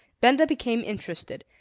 benda became interested,